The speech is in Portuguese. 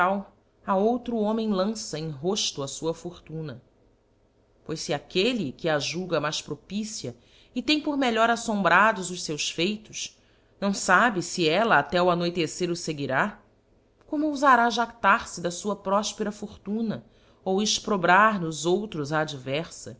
a outro homem lança em roíto a fua fortuna pois fe aquelle que a julga mais propicia e tem por melhor aífombrados os feus feitos não fabe fe ella até ao anoitecer o feguirá como oufará jadar fe da fua profpera fortuna ou exprobrar n's outros a adverfa